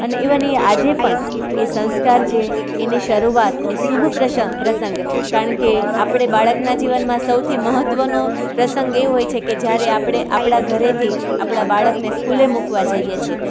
અને ઈવન એ આજે પણ એ સંસ્કાર જે એની શરૂઆત એ શુભ પ્રસંગ કારણ કે આપણે બાળકના જીવનમાં સૌથી મહત્ત્વનો પ્રસંગ એ હોય છે કે જ્યારે આપણે આપણા ઘરેથી આપણા બાળકને સ્કૂલે મૂકવા જઈએ છીએ